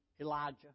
Elijah